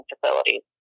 facilities